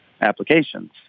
applications